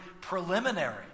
preliminary